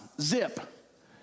Zip